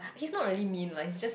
he's not really mean lah he's just